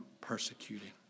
persecuting